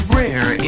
rare